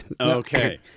Okay